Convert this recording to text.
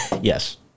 Yes